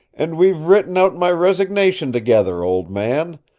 and we've written out my resignation together, old man.